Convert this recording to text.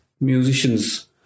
musicians